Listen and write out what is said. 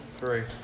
three